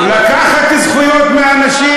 היית מצביע פעמיים כדי שזה, לקחת זכויות מאנשים,